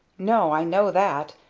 no, i know that,